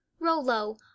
Rolo